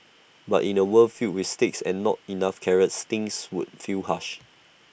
but in A world filled with sticks and not enough carrots things would feel harsh